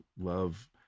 love